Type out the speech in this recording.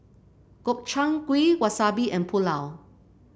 Gobchang Gui Wasabi and Pulao